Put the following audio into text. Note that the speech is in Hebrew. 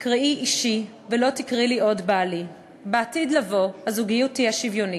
תקראי אישי ולא תקראי לי עוד בעלי"; לעתיד לבוא הזוגיות תהיה שוויונית,